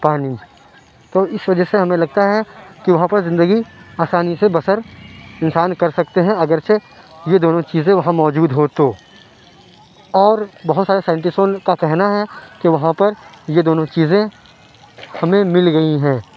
پانی تو اِس وجہ سے ہمیں لگتا ہے کہ وہاں پر زندگی آسانی سے بسر انسان کر سکتے ہیں اگرچہ یہ دونوں چیزیں وہاں موجود ہوں تو اور بہت سارے سائنٹسٹوں کا کہنا ہے کہ وہاں پر یہ دونوں چیزیں ہمیں مل گئی ہیں